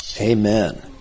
Amen